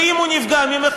ואם הוא נפגע ממך,